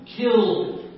killed